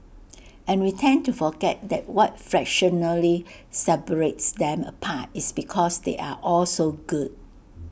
and we tend to forget that what fractionally separates them apart is because they are all so good